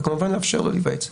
וכמובן לאפשר להיוועץ.